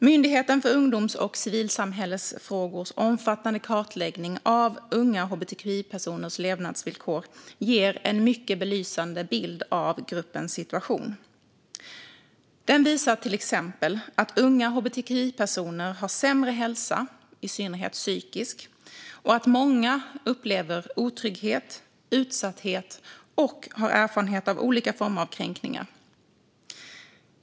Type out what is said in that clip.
Myndigheten för ungdoms och civilsamhällesfrågors omfattande kartläggning om unga hbtqi-personers levnadsvillkor ger en mycket belysande bild av gruppens situation. Den visar till exempel att unga hbtqi-personer har sämre hälsa, i synnerhet psykisk, och att många upplever otrygghet, utsatthet och har erfarenhet av olika former av kränkningar.